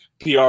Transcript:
PR